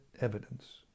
evidence